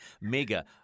mega